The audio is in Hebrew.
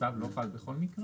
הצו לא חל בכל מקרה?